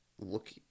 look